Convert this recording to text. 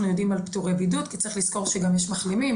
יודעים על פטורי בידוד כי צריך לזכור שגם יש מחלימים,